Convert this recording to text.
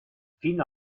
fino